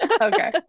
Okay